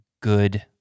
good